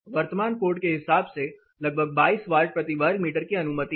वर्तमान कोड के हिसाब से लगभग 22 वाट प्रति वर्ग मीटर की अनुमति है